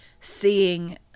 seeing